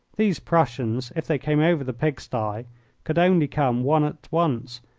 these prussians, if they came over the pig-sty, could only come one at once,